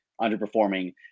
underperforming